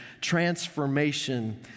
transformation